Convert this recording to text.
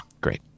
great